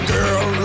Girl